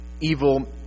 evil